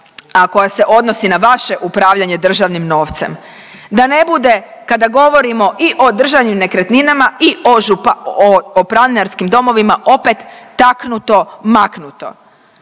a koja se odnosi na vaše upravljanje državnim novcem, da ne bude, kada govorimo i o državnim nekretninama i o, o planinarskim domovima opet taknuto-maknuto.